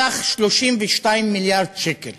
סך 32 מיליארד שקל